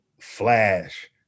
flash